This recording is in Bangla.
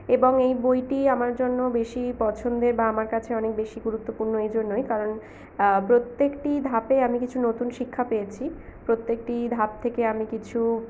এবং এই বইটি আমার জন্য বেশি পছন্দের বা আমার কাছে অনেক বেশি গুরুত্বপূর্ণ এজন্যই কারণ প্রত্যেকটি ধাপে আমি কিছু নতুন শিক্ষা পেয়েছি প্রত্যেকটি ধাপ থেকে আমি কিছু